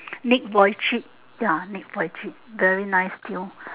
nick voichick ya nick voichick very nice tune